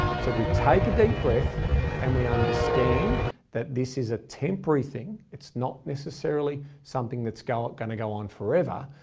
so we take a deep breath and we understand that this is a temporary thing. it's not necessarily something that's ah going to go on forever.